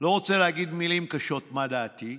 לא רוצה להגיד מילים קשות מה דעתי,